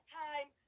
time